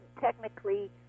technically